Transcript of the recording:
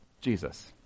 Jesus